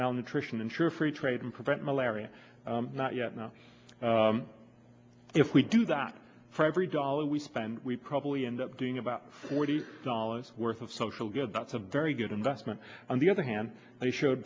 malnutrition and sure free trade and prevent malaria not yet know if we do that for every dollar we spend we probably end up doing about forty dollars worth of social good that's a very good investment on the other hand they showed